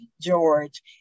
George